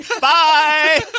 bye